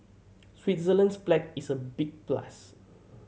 Switzerland's flag is a big plus